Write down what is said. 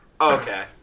Okay